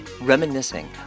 reminiscing